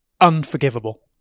Unforgivable